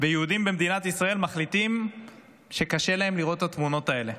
ויהודים במדינת ישראל מחליטים שקשה להם לראות את התמונות האלה.